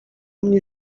mnie